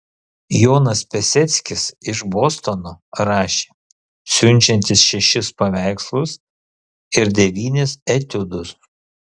jonas piaseckis iš bostono rašė siunčiantis šešis paveikslus ir devynis etiudus